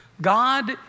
God